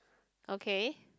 okay